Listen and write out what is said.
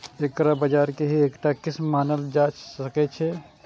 एकरा बाजार के ही एकटा किस्म मानल जा सकै छै